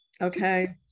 okay